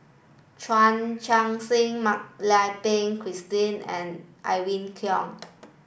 Chan Chun Sing Mak Lai Peng Christine and Irene Khong